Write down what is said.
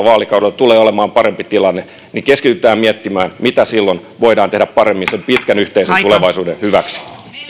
vaalikaudella tulee olemaan parempi tilanne niin keskitytään miettimään mitä silloin voidaan tehdä paremmin sen pitkän yhteisen tulevaisuuden hyväksi